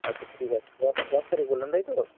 আচ্ছা ঠিক আছে দশ দশ তারিখ বললেন তাই তো